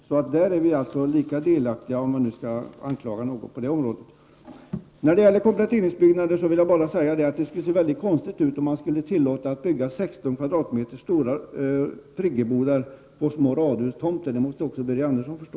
Så där är vi lika delaktiga, om man nu skall anklaga någon på det området. När det gäller kompletteringsbyggnader vill jag bara säga att det skulle se väldigt konstigt ut, om man skulle tillåta 16 m? stora friggebodar på små radhustomter. Det måste också Birger Andersson förstå.